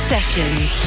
Sessions